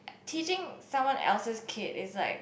teaching someone else's kid is like